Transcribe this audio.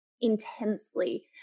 intensely